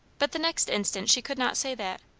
but the next instant she could not say that,